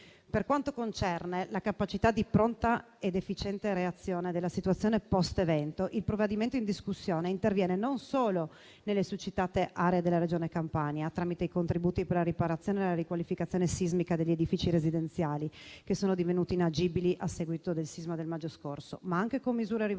Per quanto concerne la capacità di pronta ed efficiente reazione nella situazione post-evento, il provvedimento in discussione interviene non solo nelle succitate aree della Regione Campania, tramite i contributi per la riparazione e la riqualificazione sismica degli edifici residenziali divenuti inagibili a seguito del sisma del maggio scorso, ma anche con misure rivolte ai territori